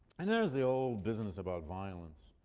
and there's the old business about violence.